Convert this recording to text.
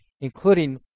including